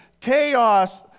chaos